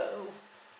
uh